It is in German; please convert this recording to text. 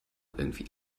irgendwie